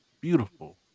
beautiful